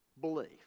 belief